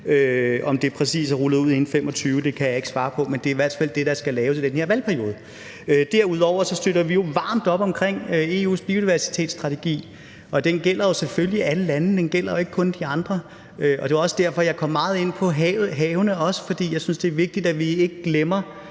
Om det er rullet ud præcis inden 2025, kan jeg ikke svare på, men det er i hvert fald det, der skal laves i den her valgperiode. Derudover støtter vi jo varmt op omkring EU's biodiversitetsstrategi, og den gælder selvfølgelig alle lande; den gælder jo ikke kun de andre. Og det er også derfor, jeg kom meget ind på det med havene, for jeg synes, det er vigtigt, at vi ikke glemmer,